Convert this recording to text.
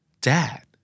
Dad